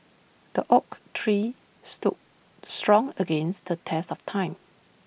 the oak tree stood strong against the test of time